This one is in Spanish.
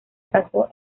casó